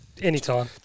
Anytime